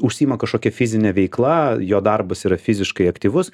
užsiima kažkokia fizine veikla jo darbas yra fiziškai aktyvus